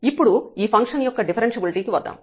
ఇప్పుడు ఈ ఫంక్షన్ యొక్క డిఫరెన్ష్యబిలిటీ కి వద్దాం